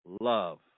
love